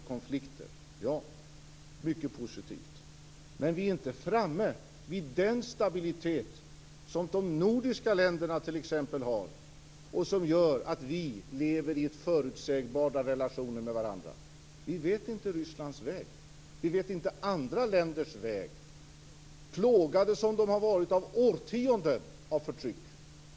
Ja, det är mycket positivt. Men vi är inte framme vid den stabilitet som t.ex. de nordiska länderna har, som gör att vi lever i förutsägbara relationer med varandra. Vi vet inte Rysslands väg. Vi vet inte andra länders väg, plågade som de har varit av årtionden av förtryck.